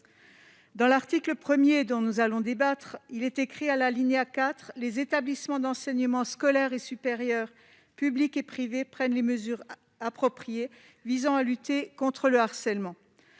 Dans l'article 1er dont nous allons débattre, il est écrit à l'alinéa IV, les établissements d'enseignement scolaire et supérieurs, publics et privés prennent les mesures appropriées visant à lutter contre le harcèlement,